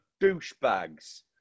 douchebags